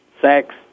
sex